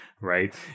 right